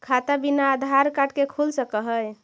खाता बिना आधार कार्ड के खुल सक है?